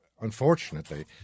unfortunately